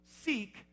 seek